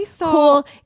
cool